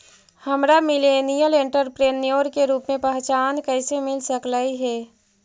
हमरा millennial entrepreneur के रूप में पहचान कइसे मिल सकलई हे?